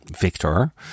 Victor